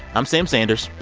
i'm sam sanders.